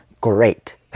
great